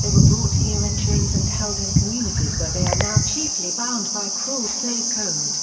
they were brought here in chains and held in communities where they are now chiefly bound by a cruel slave code.